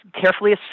carefully